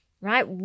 right